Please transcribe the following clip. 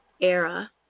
era